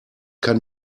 kann